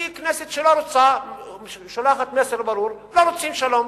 היא כנסת שלא רוצה שלום ושולחת מסר ברור שלא רוצים שלום,